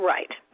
Right